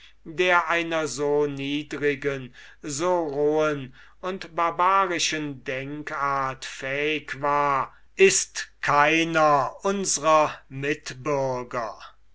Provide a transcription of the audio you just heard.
der einer so niedrigen so rohen und barbarischen denkart fähig war ist keiner unsrer mitbürger